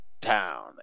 Town